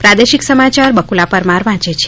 પ્રાદેશિક સમાચાર બફલા પરમાર વાંચે છે